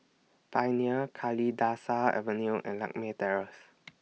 Pioneer Kalidasa Avenue and Lakme Terrace